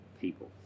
people